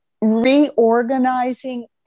reorganizing